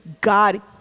God